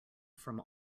from